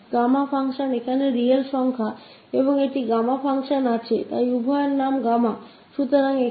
𝛾 यह real number है और एक गामा फंक्शन है तो दोनों का नाम गामा है